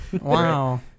Wow